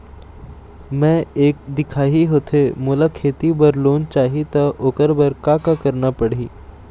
मैं एक दिखाही होथे मोला खेती बर लोन चाही त ओकर बर का का करना पड़ही?